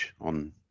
on